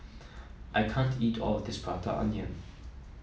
I can't eat all of this Prata Onion